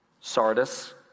Sardis